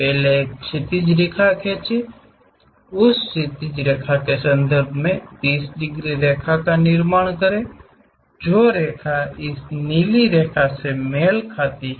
पहले एक क्षैतिज रेखा खींचें उस क्षैतिज रेखा के संबंध में 30 डिग्री रेखा का निर्माण करें जो रेखा इस नीली रेखा से मेल खाती है